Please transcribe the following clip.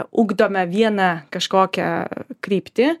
ugdome vieną kažkokią kryptį